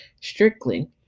strictly